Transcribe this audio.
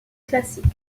classique